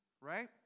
right